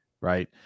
right